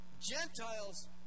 Gentiles